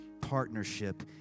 partnership